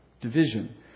Division